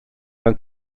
mewn